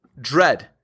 Dread